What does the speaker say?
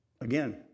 Again